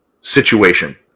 situation